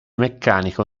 meccanico